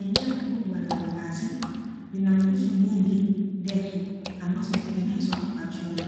Eneo kubwala uwazi, lina nguzo nyingi ndefu ambazo zimetengenezwa kwa chuma